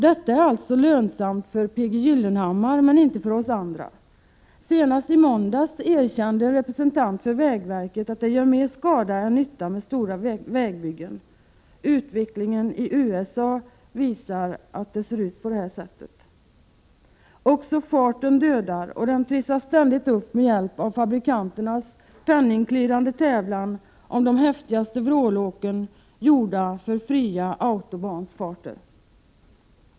Detta är alltså lönsamt för P. G. Gyllenhammar, men inte för oss andra. Senast i måndags erkände en representant för vägverket att stora vägbyggen gör mer skada än nytta. Utvecklingen i USA visar också att det är på det viset. Även farten dödar, och den trissas ständigt upp med hjälp av fabrikanternas penningklirrande tävlan om de häftigaste vrålåken, gjorda för fria autobahnsfarter.